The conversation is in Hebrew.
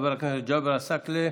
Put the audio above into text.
חבר הכנסת ג'אבר עסאקלה.